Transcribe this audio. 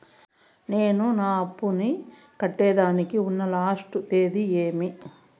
నేను నా అప్పుని కట్టేదానికి ఉన్న లాస్ట్ తేది ఏమి?